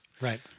Right